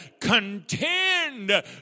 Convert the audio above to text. contend